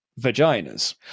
vaginas